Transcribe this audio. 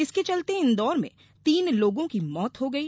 इसके चलते इंदौर में तीन लोगों की मौत हो गई